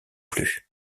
plus